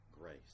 grace